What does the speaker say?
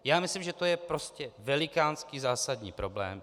Já myslím, že to je prostě velikánský zásadní problém.